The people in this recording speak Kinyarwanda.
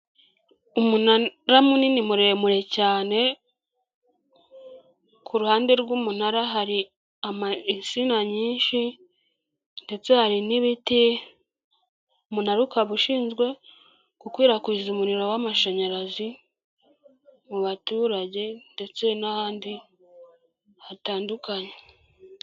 Umunara munini muremure cyane, ku ruhande rw'umunara hari insina nyinshi ndetse hari n'ibiti, umunara ukaba ushinzwe gukwirakwiza umuriro w'amashanyarazi mu baturage ndetse n'ahandi hatandukanye.